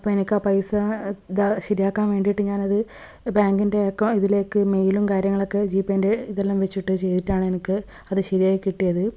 അപ്പോൾ എനിക്കാ പൈസ ഇതാ ശരിയാക്കാൻ വേണ്ടിയിട്ട് ഞാനത് ബാങ്കിൻ്റെ അക്കൌ ഇതിലേക്ക് മെയിലും കാര്യങ്ങളൊക്കെ ജിപേൻ്റെ ഇതെല്ലാം വെച്ചിട്ട് ചെയ്തിട്ടാണ് എനിക്ക് അത് ശെരിയാക്കി കിട്ടിയത്